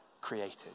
created